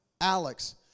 Alex